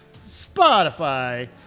Spotify